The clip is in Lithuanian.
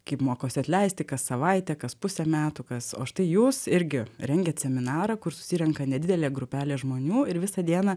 kaip mokosi atleisti kas savaitę kas pusę metų kas o štai jūs irgi rengiat seminarą kur susirenka nedidelė grupelė žmonių ir visą dieną